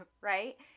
right